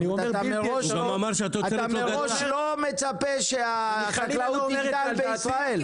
אז אתה מראש לא מצפה שהחקלאות תגדל בישראל.